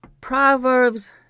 Proverbs